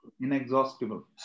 Inexhaustible